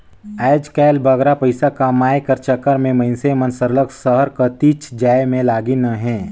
आएज काएल बगरा पइसा कमाए कर चक्कर में मइनसे मन सरलग सहर कतिच जाए में लगिन अहें